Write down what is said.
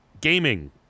gaming